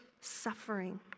suffering